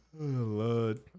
Lord